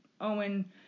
Owen